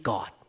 God